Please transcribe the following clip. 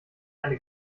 eine